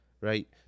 Right